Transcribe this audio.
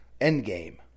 Endgame